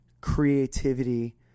creativity